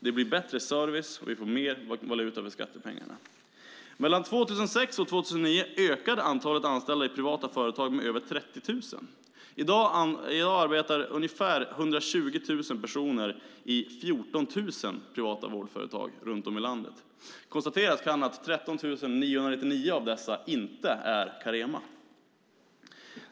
Det blir bättre service, och vi får mer valuta för skattepengarna. Mellan 2006 och 2009 ökade antalet anställda i privata företag med över 30 000. I dag arbetar ungefär 120 000 personer i 14 000 privata vårdföretag runt om i landet. Konstateras kan att 13 999 av dessa inte är Carema.